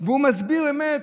הוא מסביר אמת,